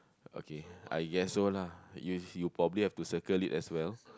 okay I guess so lah you you probably have to circle it as well